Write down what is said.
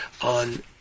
on